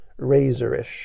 razorish